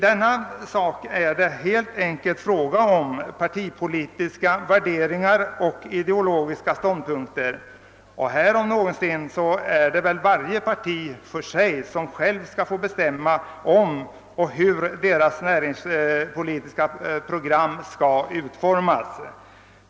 Nej, här är det helt enkelt fråga om partipolitiska värderingar och ideologiska ståndpunkter, och där om någonsin har varje parti att självt bestämma om sitt näringspolitiska program och dess utformning.